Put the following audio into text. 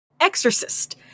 Exorcist